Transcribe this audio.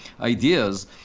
ideas